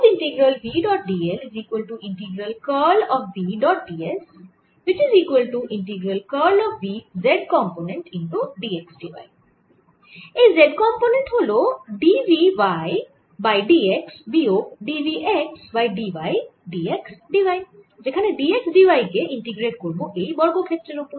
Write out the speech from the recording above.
এর z component হল d v y by d x বিয়োগ d v x by d y d x d y যেখানে d x d y কে integrate করব এই বর্গক্ষেত্রের ওপর